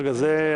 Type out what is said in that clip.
אין חדש?